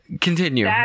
Continue